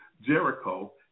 jericho